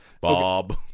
Bob